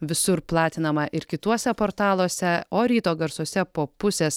visur platinama ir kituose portaluose o ryto garsuose po pusės